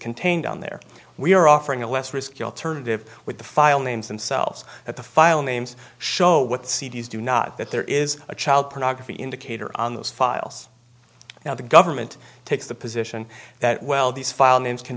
contained on there we're offering a less risky alternative with the file names themselves at the file names show what c d s do not that there is a child pornography indicator on those files now the government takes the position that well these file names can